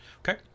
Okay